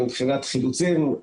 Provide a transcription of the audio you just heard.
גם מבחינת חילוצים.